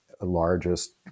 largest